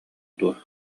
дуо